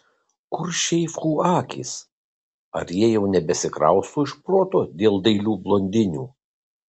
kur šeichų akys ar jie jau nebesikrausto iš proto dėl dailių blondinių